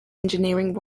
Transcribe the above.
engineering